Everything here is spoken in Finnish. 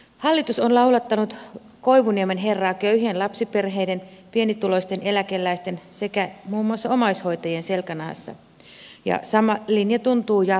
hallitus on laulattanut koivuniemen herraa köyhien lapsiperheiden pienituloisten eläkeläisten sekä muun muassa omaishoitajien selkänahassa ja sama linja tuntuu jatkuvan